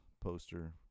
poster